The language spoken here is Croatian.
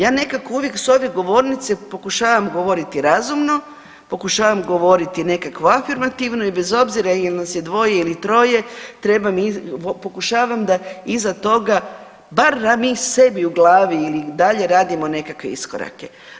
Ja nekako uvijek s ove govornice pokušavam govoriti razumno, pokušavam govoriti nekako afirmativno i bez obzira jel nas je dvoje ili troje treba mi, pokušavam da iza toga bar da mi sebi u glavi ili i dalje radimo nekakve iskorake.